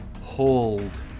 hold